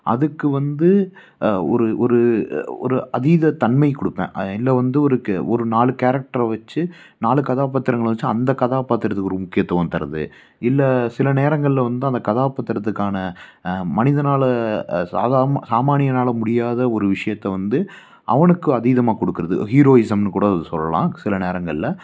அதுக்கு வந்து ஒரு ஒரு ஒரு அதீத தன்மை கொடுப்பேன் இல்லை வந்து ஒருக்கு ஒரு நாலு கேரக்ட்டரை வச்சு நாலு கதாபாத்திரங்களை வச்சு அந்த கதாபாத்திரத்துக்கு ஒரு முக்கியத்துவம் தர்றது இல்லை சிலநேரங்கள்ல வந்து அந்த கதாபாத்திரத்துக்கான மனிதனால் சாதாம்மா சாமானியனால் முடியாத ஒரு விஷயத்த வந்து அவனுக்கு அதீதமாக கொடுக்கறது ஹீரோயிஸம்னு கூட அது சொல்லலாம் சில நேரங்கள்ல